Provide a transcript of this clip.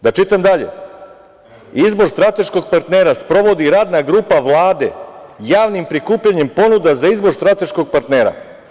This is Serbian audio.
Da čitam dalje: "Izbor strateškog partnera sprovodi radna grupa Vlade javnim prikupljanjem ponuda za izbor strateškog partnera"